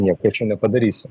nieko čia nepadarysi